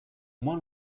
moins